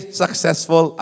successful